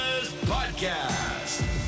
Podcast